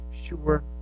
sure